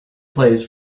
plays